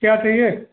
क्या चाहिए